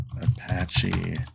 Apache